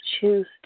choose